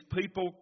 people